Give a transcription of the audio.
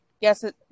Yes